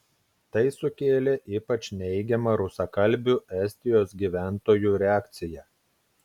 tai sukėlė ypač neigiamą rusakalbių estijos gyventojų reakciją